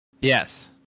Yes